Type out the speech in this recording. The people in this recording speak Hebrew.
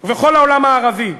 ובכל העולם הערבי,